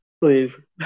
please